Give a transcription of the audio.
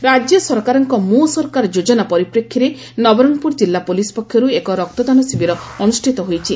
ରକ୍ତଦାନ ଶିବିର ରାକ୍ୟ ସରକାରଙ୍କ ମୋ' ସରକାର ଯୋକନା ପରିପ୍ରେକ୍ଷୀରେ ନବରଙ୍ଗପୁର ଜିଲ୍ଲା ପୋଲିସ୍ ପକ୍ଷରୁ ଏକ ରକ୍ତଦାନ ଶିବିର ଅନୁଷ୍ଠିତ ହୋଇଛି